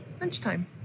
lunchtime